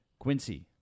Quincy